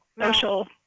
social